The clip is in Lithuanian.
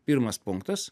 pirmas punktas